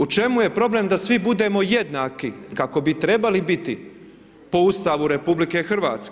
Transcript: U čemu je problem da svi budemo jednaki kako bi trebali biti po Ustavu RH?